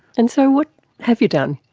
and so what have you done?